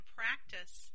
practice